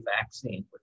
vaccine